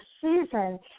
season